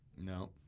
No